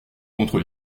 contre